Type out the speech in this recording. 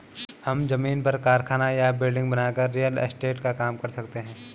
हम जमीन पर कारखाना या बिल्डिंग बनाकर रियल एस्टेट का काम कर सकते है